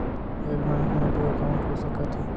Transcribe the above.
एक बैंक में दू एकाउंट हो सकत हे?